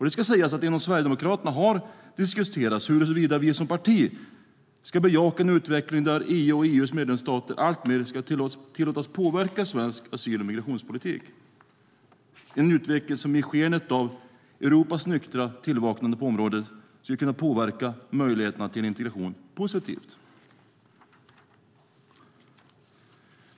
Det ska sägas att det inom Sverigedemokraterna har diskuterats huruvida vi som parti ska bejaka en utveckling där EU och EU:s medlemsstater alltmer ska tillåtas påverka svensk asyl och migrationspolitik. Det är en utveckling som i skenet av Europas nyktra tillvaknande på området skulle kunna påverka möjligheterna till integration positivt.